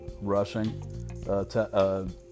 rushing